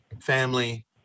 family